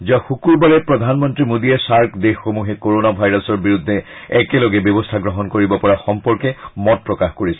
যোৱা শুকুৰবাৰে প্ৰধানমন্ত্ৰী মোদীয়ে ছাৰ্ক দেশসমূহে কৰণা ভাইৰাছৰ বিৰুদ্ধে একেলগে ব্যৱস্থা গ্ৰহণ কৰিব পৰা সম্পৰ্কে মত প্ৰকাশ কৰিছে